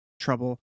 trouble